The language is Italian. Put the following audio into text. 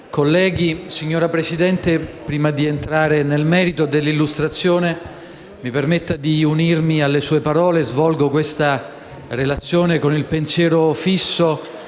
colleghi, prima di entrare nel merito dell'illustrazione mi permetta di unirmi alle sue parole. Svolgo questa relazione con il pensiero fisso